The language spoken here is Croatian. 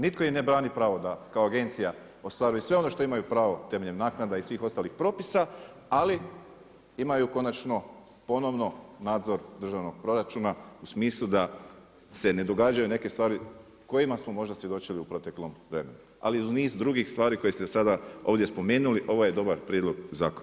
Nitko im ne brani pravo da kao agencija ostvaruju sve na što imaju pravo temeljem naknada i svih ostalih propisa, ali imaju konačno ponovno nadzor državnog proračuna u smislu da se ne događaju neke stvari kojima smo možda svjedočili u proteklom vremenu, ali i niz drugih stvari koje ste sada ovdje spomenuli ovo je dobar prijedlog zakona.